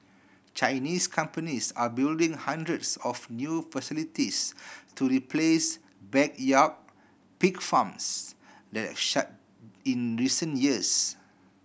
Chinese companies are building hundreds of new facilities to replace backyard pig farms that shut in recent years